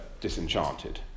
disenchanted